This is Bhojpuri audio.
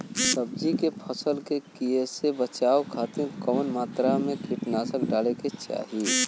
सब्जी के फसल के कियेसे बचाव खातिन कवन मात्रा में कीटनाशक डाले के चाही?